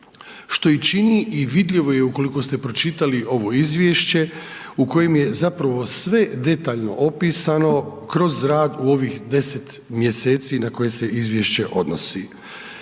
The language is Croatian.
što i čini i vidljivo je ukoliko ste pročitali ovo izvješće u kojem je zapravo sve detaljno opisano kroz rad u ovih 10 mjeseci na koje se izvješće odnosi.